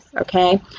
Okay